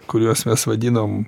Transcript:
kuriuos mes vadinam